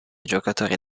giocatori